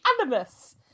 Animus